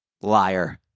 Liar